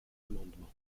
amendement